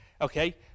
okay